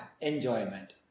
enjoyment